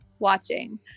watching